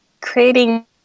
creating